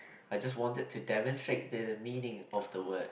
I just wanted to demonstrate the meaning of the word